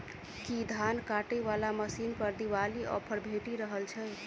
की धान काटय वला मशीन पर दिवाली ऑफर भेटि रहल छै?